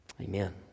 Amen